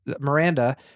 Miranda